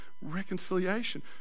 reconciliation